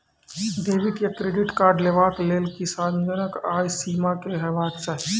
Debit या credit card लेवाक लेल किसानक आय सीमा की हेवाक चाही?